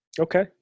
Okay